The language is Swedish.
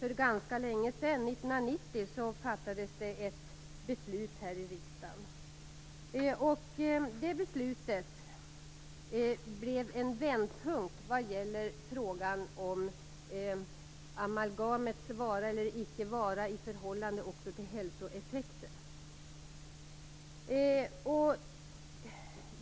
för ganska länge sedan, 1990, fattades det ett beslut här i riksdagen. Det beslutet var en vändpunkt när det gäller frågan om amalgamets vara eller icke vara i förhållande till hälsoeffekterna.